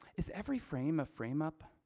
is every frame a frame up?